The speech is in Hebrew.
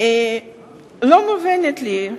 לא מובנת לי.